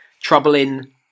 troubling